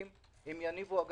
יצאו.